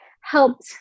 helped